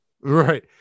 Right